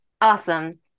Awesome